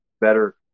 better